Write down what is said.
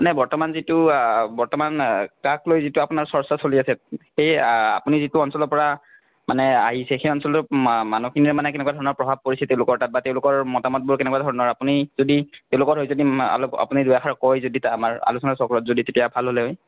মানে বৰ্তমান যিটো বৰ্তমান কাক লৈ যিটো আপোনাৰ চৰ্চা চলি আছে সেই আপুনি যিটো অঞ্চলৰ পৰা মানে আহিছে সেই অঞ্চলটো মা মানুহখিনিয়ে মানে কেনেকুৱা ধৰণৰ প্ৰভাৱ পৰিছে তেওঁলোকৰ তাত বা তেওঁলোকৰ মতামতবোৰ কেনেকুৱা ধৰণৰ আপুনি যদি তেওঁলোকৰ হৈ যদি অলপ আপুনি দুআষাৰ কয় যদি তে আমাৰ আলোচনা চক্ৰত যদি তেতিয়া ভাল হ'লে হয়